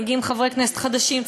מגיעים חברי כנסת חדשים,